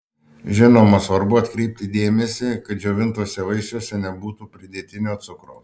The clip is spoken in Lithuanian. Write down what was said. žinoma svarbu atkreipti dėmesį kad džiovintuose vaisiuose nebūtų pridėtinio cukraus